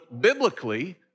biblically